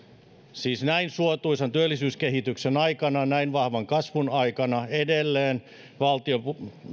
siis näin suotuisan työllisyyskehityksen aikana näin vahvan kasvun aikana edelleen valtion